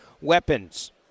weapons